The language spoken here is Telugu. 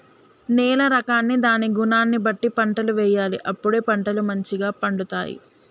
నేల రకాన్ని దాని గుణాన్ని బట్టి పంటలు వేయాలి అప్పుడే పంటలు మంచిగ పండుతాయి